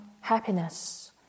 happiness